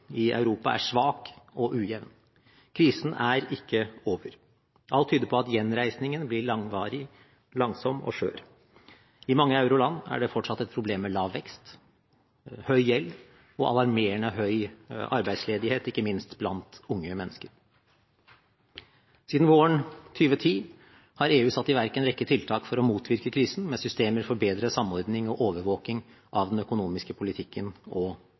i Europa er svak og ujevn. Krisen er ikke over. Alt tyder på at gjenreisningen blir langvarig, langsom og skjør. I mange euroland er det fortsatt et problem med lav vekst, høy gjeld og alarmerende høy arbeidsledighet, ikke minst blant unge mennesker. Siden våren 2010 har EU satt i verk en rekke tiltak for å motvirke krisen, med systemer for bedre samordning og overvåking av den økonomiske politikken og